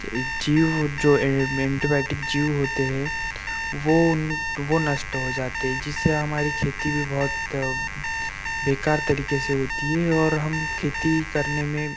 जीव जो एन एंटीबायोटिक जीव होते हैं वो वो नष्ट हो जाते हैं जिससे हमारी खेती भी बहुत बेकार तरीके से होती है और हम खेती करने में